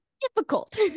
difficult